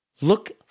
Look